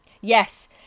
Yes